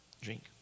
drink